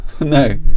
No